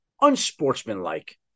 unsportsmanlike